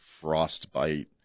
frostbite